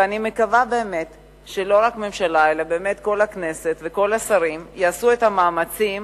ואני מקווה באמת שלא רק הממשלה אלא כל הכנסת וכל השרים יעשו את המאמצים